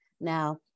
Now